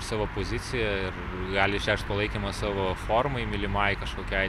savo poziciją ir gali išreikšt palaikymą savo formai mylimai kažkokiai